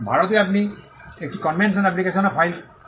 ভারতে আপনি একটি কনভেনশন অ্যাপ্লিকেশনও ফাইল করতে পারেন